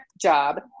job